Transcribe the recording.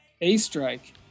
A-Strike